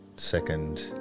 second